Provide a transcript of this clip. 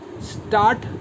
start